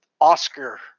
Oscar